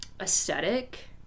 aesthetic